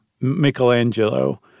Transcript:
Michelangelo